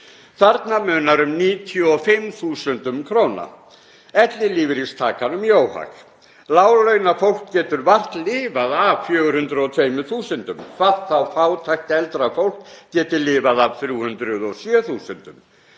Þarna munar um 95.000 kr. ellilífeyristakanum í óhag. Láglaunafólk getur vart lifað af 402.000 kr., hvað þá að fátækt eldra fólk geti lifað af 307.000.